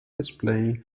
display